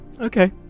Okay